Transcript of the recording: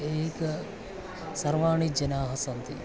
एक सर्वाः जनाः सन्ति